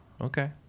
okay